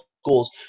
schools